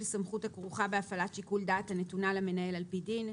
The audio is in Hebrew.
סמכות הכרוכה בהפעלת שיקול דעת הנתונה למנהל על פי דין.